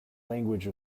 language